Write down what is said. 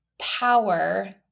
power